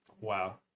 Wow